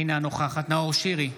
אינה נוכחת נאור שירי,